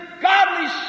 godly